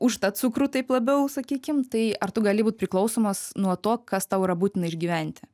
už tą cukrų taip labiau sakykim tai ar tu gali būt priklausomas nuo to kas tau yra būtina išgyventi